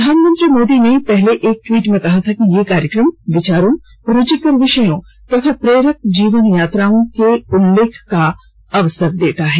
प्रधानमंत्री मोदी ने पहले एक ट्वीट में कहा था कि यह कार्यक्रम विचारों रूचिकर विषयों तथा प्रेरक जीवन यात्राओं के उल्लेख का अवसर देता है